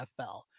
NFL